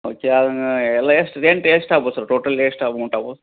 okay ಎಲ್ಲ ಎಷ್ಟು rent ಎಷ್ಟು ಆಗ್ಬೋದು ಸರ್ ಟೋಟಲ್ ಎಷ್ಟು ಅಮೌಂಟ್ ಆಗ್ಬೋದು